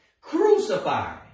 crucify